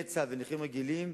נכי צה"ל ונכים רגילים,